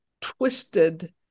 twisted